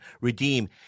redeem